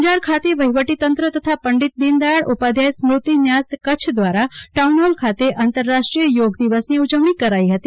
અંજાર ખાતે વહીવટી તંત્ર તથા પંડીત દીનદયાલ ઉપાધ્યાય સ્મૂતિ ન્યાસ કચ્છ દવારા ટાઉન હોલ ખાતે આંતર રાષ્ટ્રીય યોગ દિવસની ઉજવણી કરાઈ હતી